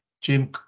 Jim